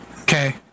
Okay